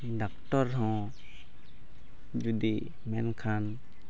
doctor ᱦᱚᱸ ᱡᱩᱫᱤ ᱢᱮᱱᱠᱷᱟᱱ